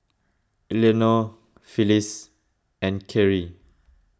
Elenore Phillis and Kerrie